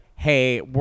Hey